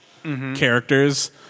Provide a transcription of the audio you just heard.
Characters